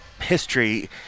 history